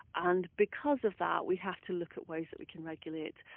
and because of that we have to look at ways that we can regulate.